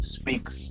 speaks